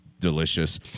Delicious